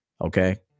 okay